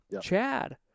Chad